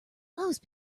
those